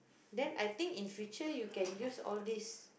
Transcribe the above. then I think in future you can use all this